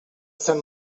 sant